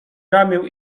ramię